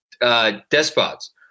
despots